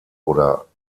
oder